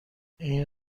این